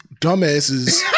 dumbasses